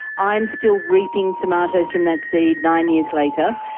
i'm still reaping tomatoes from that seed nine years later.